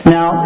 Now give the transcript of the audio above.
Now